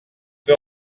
peu